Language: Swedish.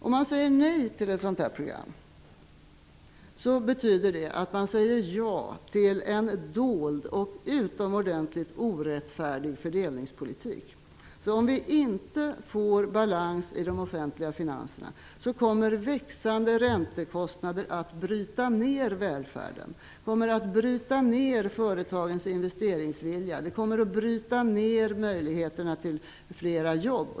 Om man säger nej till ett sådant här program, betyder det att man säger ja till en dold och djupt orättfärdig fördelningspolitik. Om vi inte får balans i de offentliga finanserna, kommer växande räntekostnader att bryta ner välfärden, minska företagens investeringsvilja och möjligheterna till fler jobb.